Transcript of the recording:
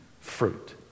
fruit